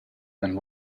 and